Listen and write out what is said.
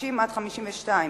50 52,